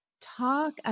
Talk